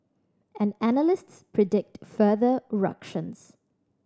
and analysts predict further ructions